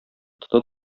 тота